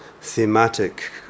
thematic